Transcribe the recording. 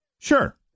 sure